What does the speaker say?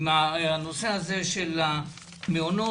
הנושא הזה של המעונות,